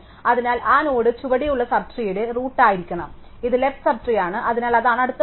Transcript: അതിനാൽ ആ നോഡ് ചുവടെയുള്ള സബ് ട്രീയുടെ റൂട്ട് ആയിരിക്കണം ഇത് ലെഫ്റ് സബ് ട്രീ ആണ് അതിനാൽ അതാണ് അടുത്ത മൂല്യം